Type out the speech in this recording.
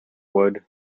wood